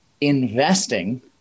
investing